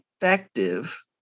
effective